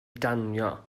danio